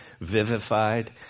vivified